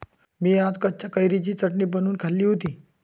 मी आज कच्च्या कैरीची चटणी बनवून खाल्ली होती